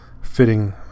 fitting